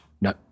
No